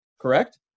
correct